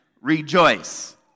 rejoice